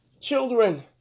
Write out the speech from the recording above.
children